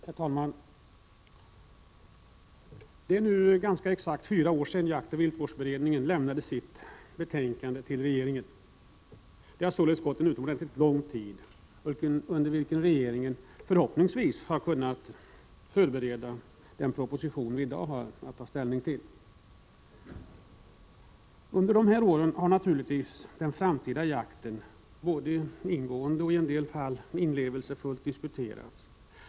Herr talman! Det är nu ganska exakt fyra år sedan jaktoch viltvårdsberedningen lämnade sitt betänkande till regeringen. Det har således gått en utomordentligt lång tid, under vilken regeringen förhoppningsvis har kunnat förbereda den proposition vi i dag har att ta ställning till. Under de här åren har naturligtvis den framtida jakten både ingående och i en del fall också inlevelsefullt diskuterats.